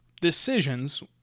decisions